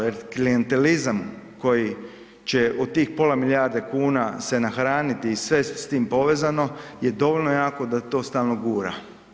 Jer klijentelizam koji će u tih pola milijarde kuna se nahraniti i sve je s tim povezano je dovoljno jako da to stalno gura.